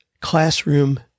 classroom